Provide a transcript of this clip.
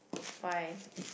why